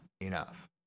enough